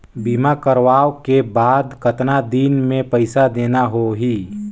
बीमा करवाओ के बाद कतना दिन मे पइसा देना हो ही?